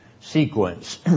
sequence